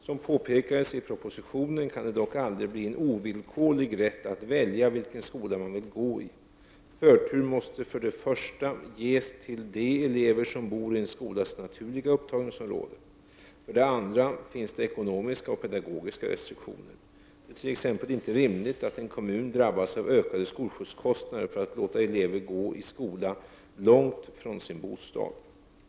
Som påpekades i propositionen kan det dock aldrig bli en ovillkorlig rätt att välja vilken skola man vill gå i. Förtur måste för det första ges till de elever som bor i en skolas naturliga upptagningsområde. För det andra finns det ekonomiska och pedagogiska restriktioner. Det är t.ex. inte rimligt att en kommun drabbas av ökade skolskjutskostnader för att man låter elever gå i skola långt från sin bostad.